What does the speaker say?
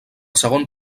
segon